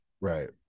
right